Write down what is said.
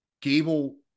Gable